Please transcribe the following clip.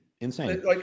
Insane